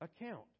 account